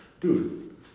Dude